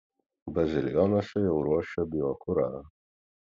bazilionuose jau ruošia biokurą